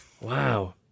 Wow